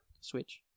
Switch